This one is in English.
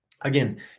again